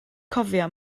cofia